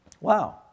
Wow